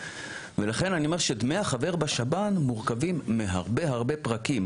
לכן אני אומר שדמי החבר בשב"ן מורכבים מהרבה פרקים,